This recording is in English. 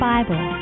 Bible